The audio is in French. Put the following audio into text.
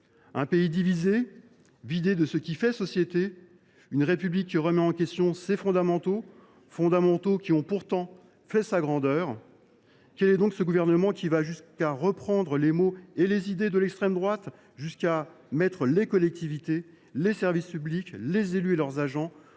Un pays divisé, vidé de ce qui fait société. Une République remettant en question ses fondamentaux, qui ont pourtant fait sa grandeur. Quel est donc ce gouvernement qui va jusqu’à reprendre les mots et les idées de l’extrême droite et à mettre les collectivités, les services publics, les élus et leurs agents